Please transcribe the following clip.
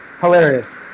Hilarious